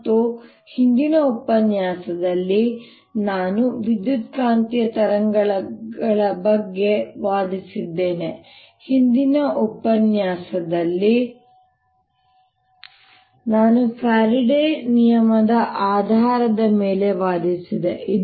ಮತ್ತು ಹಿಂದಿನ ಉಪನ್ಯಾಸದಲ್ಲಿ ನಾನು ವಿದ್ಯುತ್ಕಾಂತೀಯ ತರಂಗಗಳ ಬಗ್ಗೆ ವಾದಿಸಿದ್ದೇನೆ ಹಿಂದಿನ ಉಪನ್ಯಾಸದಲ್ಲಿ ನಾನು ಫ್ಯಾರಡೆಯ ನಿಯಮದ ಆಧಾರದ ಮೇಲೆ ವಾದಿಸಿದೆ ಇದು